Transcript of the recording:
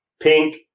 pink